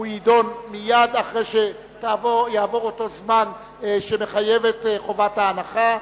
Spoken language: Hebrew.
והוא יידון מייד אחרי שיעבור אותו זמן שמחייבת חובת ההנחה.